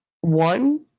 one